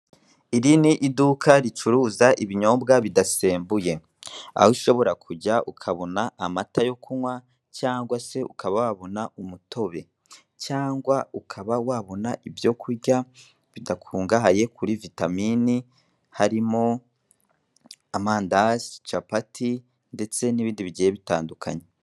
Iri ni iduka ricuruza ibinyobwa bidasembuye, aho ushobora kujya ukabona amata yo kunywa cyangwa se ukaba wabona umutobe, cyangwa ukaba wabona ibyo kurya bidakungahaye kuri vitamini harimo: amandazi, capati, ndetse n'ibindi bigiye bitandukanye.